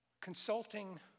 consulting